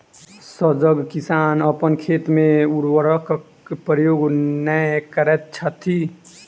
सजग किसान अपन खेत मे उर्वरकक प्रयोग नै करैत छथि